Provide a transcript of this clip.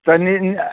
तऽ नी